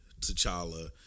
T'Challa